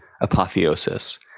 Apotheosis